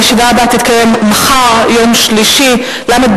הישיבה הבאה תתקיים מחר, יום שלישי,